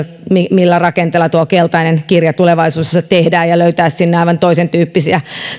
millä rakenteella tuo keltainen kirja tulevaisuudessa tehdään ja sinne on löydettävä aivan toisentyyppisiä